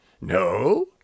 No